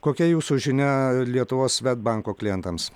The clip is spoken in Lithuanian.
kokia jūsų žinia lietuvos svedbanko klientams